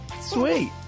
sweet